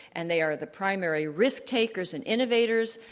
and they are the primary risk-takers and innovators.